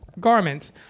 garments